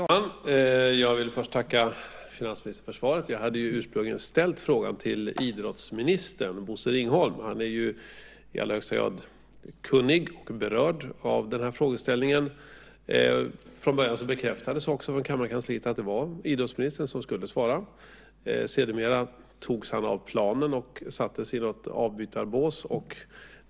Herr talman! Jag vill först tacka finansministern för svaret. Jag hade ursprungligen ställt interpellationen till idrottsminister Bosse Ringholm. Han är ju i allra högsta grad kunnig och berörd av den här frågeställningen. Från början bekräftades också från kammarkansliet att det var idrottsministern som skulle svara. Sedermera togs han av planen och sattes i något avbytarbås.